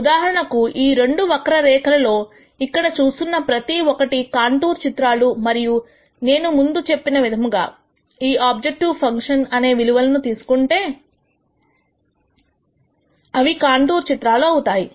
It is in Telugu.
ఉదాహరణకు ఈ 2 వక్ర రేఖలలో ఇక్కడ చూస్తున్న ప్రతి ఒకటి కాంటూర్ చిత్రాలు మరియు నేను ముందు చెప్పిన విధముగా ఈ ఆబ్జెక్టివ్ ఫంక్షన్ అవే విలువలను తీసుకుంటే అవి కాంటూర్ చిత్రాలు అవుతాయి